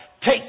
take